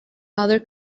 other